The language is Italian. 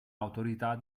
autorità